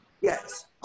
yes